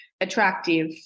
attractive